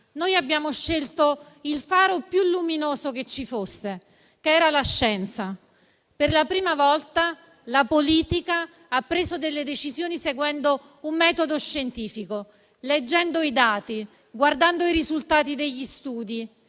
noi abbiamo scelto il faro più luminoso che ci fosse, che era la scienza. Per la prima volta la politica ha preso delle decisioni seguendo un metodo scientifico, leggendo i dati, guardando i risultati degli studi,